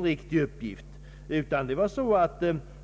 medel. Det gjorde man visst.